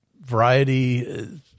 variety